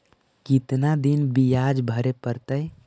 कितना दिन बियाज भरे परतैय?